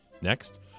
Next